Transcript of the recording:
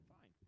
Fine